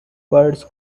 birds